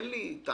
אין לי טענה.